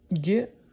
get